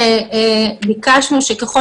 19א(3), ביקשנו שככל